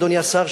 אדוני השר,